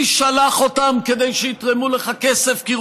מי שלח אותם כדי שיתרמו לך כסף כי הוא